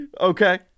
Okay